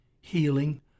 healing